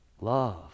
love